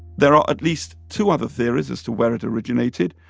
there are at least two other theories as to where it originated.